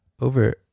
Over